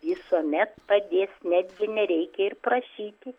visuomet padės netgi nereikia ir prašyti